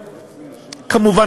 כמובן,